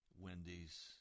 Wendy's